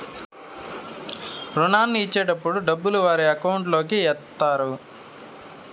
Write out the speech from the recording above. రుణాన్ని ఇచ్చేటటప్పుడు డబ్బులు వారి అకౌంట్ లోకి ఎత్తారు